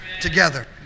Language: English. together